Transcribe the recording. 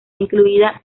incluida